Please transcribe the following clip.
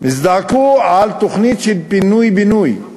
הזדעקו על תוכנית של פינוי-בינוי.